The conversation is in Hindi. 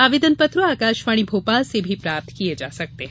आवेदन पत्र आकाशवाणी भोपाल से भी प्राप्त किये जा सकते हैं